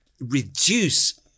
reduce